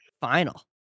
final